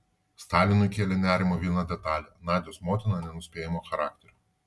stalinui kėlė nerimą viena detalė nadios motina nenuspėjamo charakterio